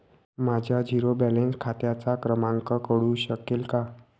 माझ्या zero balance खात्याचा क्रमांक कळू शकेल का?